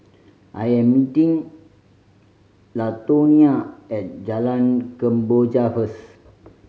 I am meeting Latonia at Jalan Kemboja first